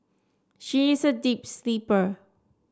she is a deep sleeper